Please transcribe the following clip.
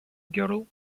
girl